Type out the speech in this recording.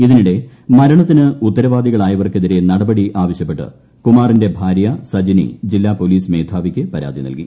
ഇതിനിടെ മരണത്തിന് ഉത്തരവാദികളായവർക്കെതിരെ നടപടി ആവശ്യപ്പെട്ട് കുമാറിന്റെ ഭാര്യ സജിനി ജില്ലാ പോലീസ് മേധാവിക്ക് പരാതി നൽകി